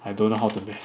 I don't know how to math